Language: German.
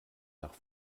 nach